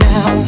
Now